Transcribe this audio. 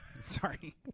Sorry